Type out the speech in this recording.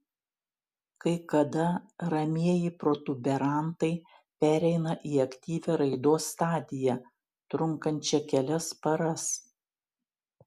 kai kada ramieji protuberantai pereina į aktyvią raidos stadiją trunkančią kelias paras